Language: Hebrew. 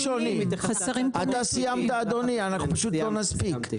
זה בדיוק אחד הקריטריונים, חסרים לנו פה נתונים.